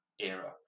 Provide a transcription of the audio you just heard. era